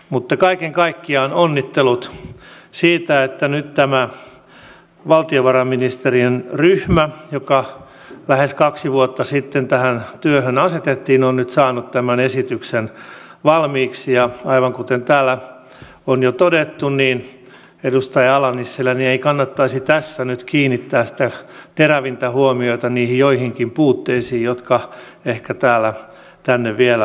mutta kaiken kaikkiaan onnittelut siitä että nyt tämä valtiovarainministeriön ryhmä joka lähes kaksi vuotta sitten tähän työhön asetettiin on saanut tämän esityksen valmiiksi ja aivan kuten täällä on jo todettu edustaja ala nissilän ei kannattaisi tässä nyt kiinnittää sitä terävintä huomiota niihin joihinkin puutteisiin jotka ehkä tänne vielä ovat jääneet